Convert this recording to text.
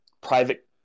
private